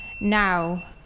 now